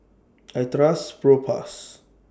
I Trust Propass